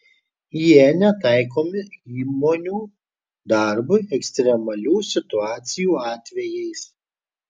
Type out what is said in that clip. jie netaikomi įmonių darbui ekstremalių situacijų atvejais